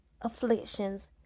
afflictions